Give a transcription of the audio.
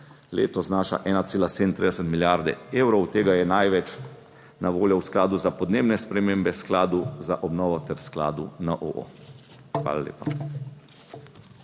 letos znaša 1,37 milijarde evrov, od tega je največ na voljo v Skladu za podnebne spremembe, Skladu za obnovo ter Skladu na OO. Hvala lepa.